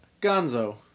Gonzo